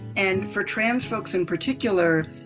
and for trans folks in particular,